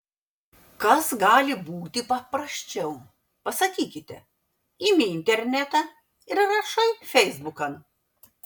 kas gali būti paprasčiau pasakysite imi internetą ir rašai feisbukan